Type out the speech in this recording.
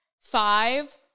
Five